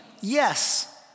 Yes